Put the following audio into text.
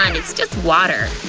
um it's just water!